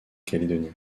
calédonie